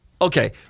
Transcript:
Okay